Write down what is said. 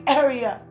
area